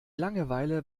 langeweile